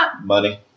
Money